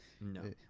No